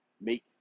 make